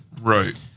Right